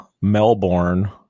Melbourne